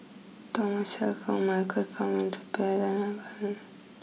Thomas Shelford Michael Fam and Suppiah Dhanabalan